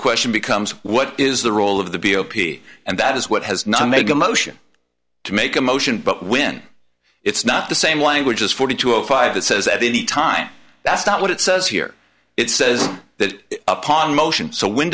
question becomes what is the role of the b o p and that is what has not made a motion to make a motion but when it's not the same language as forty two and five it says at any time that's not what it says here it says that upon motion so when